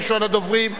ראשון הדוברים,